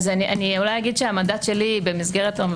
אז אני אולי אגיד שהמנדט שלי במסגרת זו,